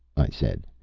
i said.